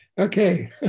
Okay